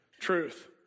Truth